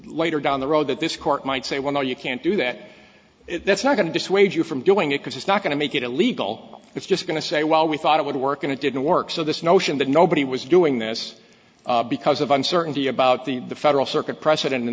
later down the road that this court might say well no you can't do that that's not going to dissuade you from doing it because it's not going to make it illegal it's just going to say well we thought it would work and it didn't work so this notion that nobody was doing this because of uncertainty about the federal circuit precedent in